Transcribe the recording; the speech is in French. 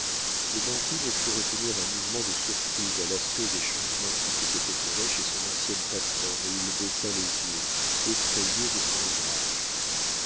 le banquier ne put retenir un mouvement de surprise à l'aspect des changements qui s'étaient opérés chez son ancienne patronne et il baissa les yeux effrayé de son ouvrage